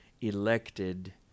elected